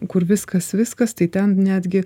kur viskas viskas tai ten netgi